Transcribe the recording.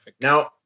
now